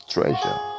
Treasure